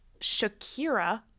Shakira